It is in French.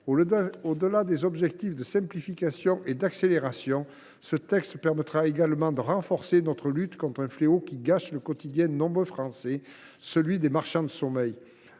au delà des objectifs de simplification et d’accélération, l’adoption de ce texte permettra également de renforcer notre lutte contre un fléau qui gâche le quotidien de nombreux Français : celui des marchands de sommeil.